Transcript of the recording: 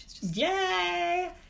Yay